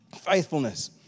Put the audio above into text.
Faithfulness